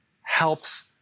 helps